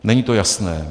Není to jasné.